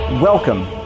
Welcome